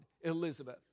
Elizabeth